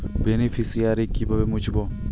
Beneficiary কিভাবে মুছব?